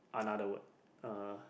another word uh